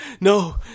no